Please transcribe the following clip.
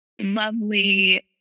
lovely